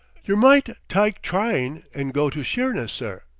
yer might tyke tryne an' go to sheerness, sir.